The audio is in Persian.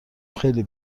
خیلی